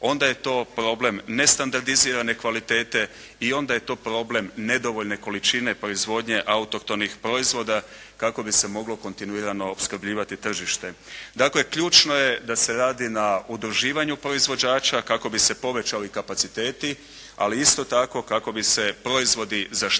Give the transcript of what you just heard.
onda je to problem nestandardizirane kvalitete i onda je to problem nedovoljno količine proizvodnje autohtonih proizvodnje autohtonih proizvoda kako bi se moglo kontinuirano opskrbljivati tržište. Dakle, ključno je da se radi na udruživanju proizvođača kako bi se povećali kapaciteti, ali isto tako kako bi se proizvodi zaštitili